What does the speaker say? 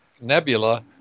nebula